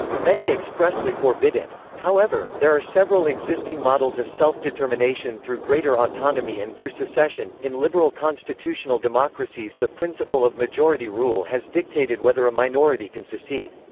many expressly forbid it. however, there are several existing models of self-determination through greater autonomy and through secession in liberal constitutional democracies the principle of majority rule has dictated whether a minority can secede.